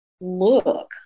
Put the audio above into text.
look